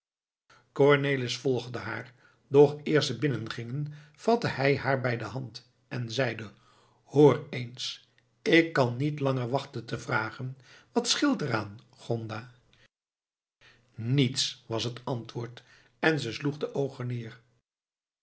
cornelis volgde haar doch eer ze binnen gingen vatte hij haar bij de hand en zeide hoor eens ik kan niet langer wachten te vragen wat scheelt er aan gonda niets was het antwoord en ze sloeg de oogen neer